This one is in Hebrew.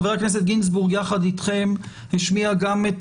חבר הכנסת גינזבורג יחד אתכם השמיע גם את